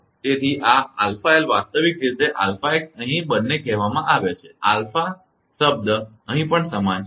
તેથી આ 𝛼𝑙 વાસ્તવિક રીતે 𝛼𝑥 અહીં બંને કહેવામાં આવે છે 𝛼 શબ્દ અહીં પણ સમાન છે